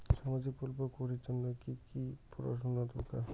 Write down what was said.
সামাজিক প্রকল্প করির জন্যে কি পড়াশুনা দরকার?